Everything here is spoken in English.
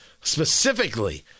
specifically